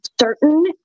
certain